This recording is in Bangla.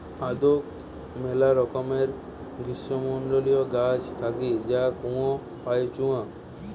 আদৌক মেলা রকমের গ্রীষ্মমন্ডলীয় গাছ থাকি যে কূয়া পাইচুঙ